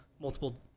multiple